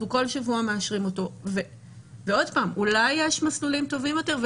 כל שבוע מאשרים אותו ואולי יש מסלולים טובים יותר.